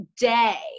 day